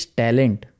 talent